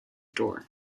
door